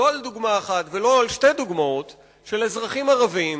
לא על דוגמה אחת ולא על שתי דוגמאות של אזרחים ערבים